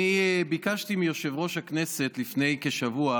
אני ביקשתי מיושב-ראש הכנסת לפני כשבוע